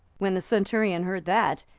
when the centurion heard that,